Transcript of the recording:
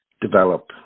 develop